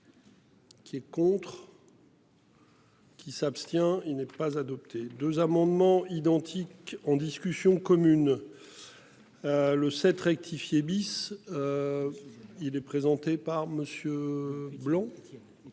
Qui est contre. Qui s'abstient. Il n'est pas adopté 2 amendements identiques en discussion commune. Le 7 rectifié bis. Il est présenté par Monsieur Blanc.